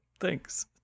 thanks